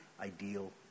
ideal